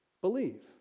believe